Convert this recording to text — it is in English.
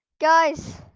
Guys